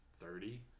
thirty